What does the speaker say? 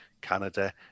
Canada